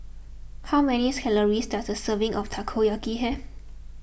how many calories does a serving of Takoyaki have